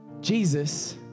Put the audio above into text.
Jesus